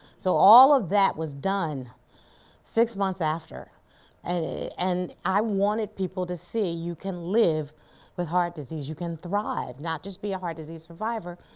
so all of that was done six months after and and i wanted people to see, you can live with heart disease, you can thrive. not just be a heart disease survivor,